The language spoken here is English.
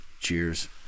Cheers